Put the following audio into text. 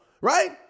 right